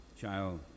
Child